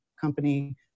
company